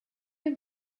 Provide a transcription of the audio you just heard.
you